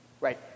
Right